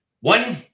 one